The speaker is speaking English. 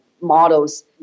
models